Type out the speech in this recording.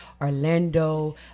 Orlando